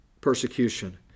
persecution